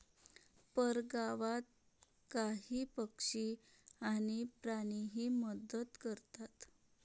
परगावात काही पक्षी आणि प्राणीही मदत करतात